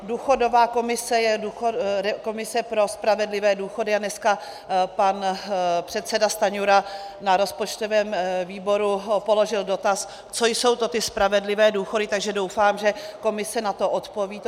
Důchodová komise je komise pro spravedlivé důchody a dneska pan předseda Stanjura na rozpočtovém výboru položil dotaz, co jsou to ty spravedlivé důchody, takže doufám, že komise na to odpoví.